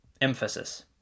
emphasis